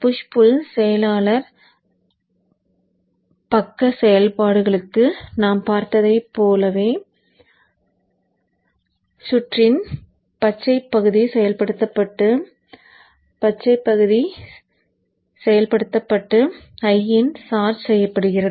push pull செயலாளர் பக்க செயல்பாடுக்கு நாம் பார்த்ததைப் போலவே சுற்றின் பச்சைப் பகுதி செயல்படுத்தப்பட்டு l இன் சார்ஜ் செய்யப்படுகிறது